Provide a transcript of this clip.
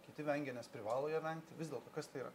kiti vengia nes privalo jo vengt vis dėlto kas tai yra